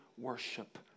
worship